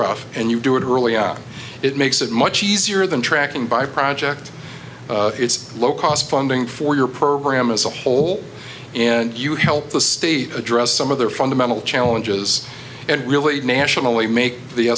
off and you do it early it makes it much easier than tracking by project it's low cost funding for your program as a whole and you help the state address some of their fundamental challenges and really nationally make the